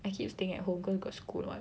I keep staying at home cause got school [what]